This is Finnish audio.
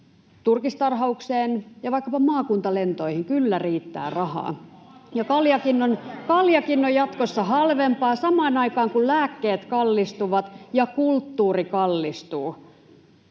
turkistarhaukseen ja vaikkapa maakuntalentoihin kyllä riittää rahaa, ja kaljakin on jatkossa halvempaa, samaan aikaan kun lääkkeet kallistuvat ja kulttuuri kallistuu.